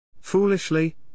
Foolishly